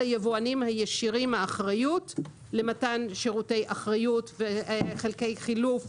היבואנים הישירים האחריות למתן שירותי אחריות וחלקי חילוף